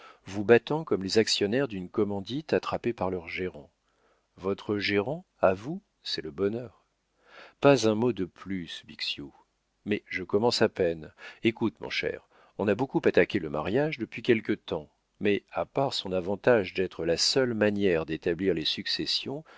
vous battant comme les actionnaires d'une commandite attrapés par leur gérant votre gérant à vous c'est le bonheur pas un mot de plus bixiou mais je commence à peine écoute mon cher on a beaucoup attaqué le mariage depuis quelque temps mais à part son avantage d'être la seule manière d'établir les successions